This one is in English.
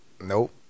Nope